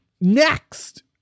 Next